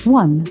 one